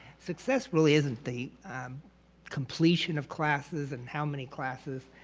success really isn't the completion of classes and how many classes.